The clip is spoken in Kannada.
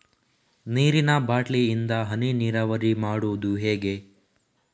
ನೀರಿನಾ ಬಾಟ್ಲಿ ಇಂದ ಹನಿ ನೀರಾವರಿ ಮಾಡುದು ಹೇಗೆ?